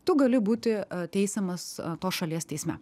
tu gali būti teisiamas tos šalies teisme